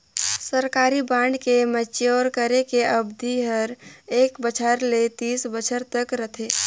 सरकारी बांड के मैच्योर करे के अबधि हर एक बछर ले तीस बछर तक रथे